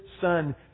Son